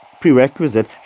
prerequisite